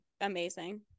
amazing